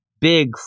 big